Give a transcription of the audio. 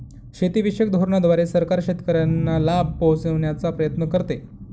शेतीविषयक धोरणांद्वारे सरकार शेतकऱ्यांना लाभ पोहचवण्याचा प्रयत्न करते